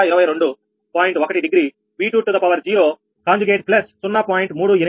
1 degree 𝑉20 conjugate plus 0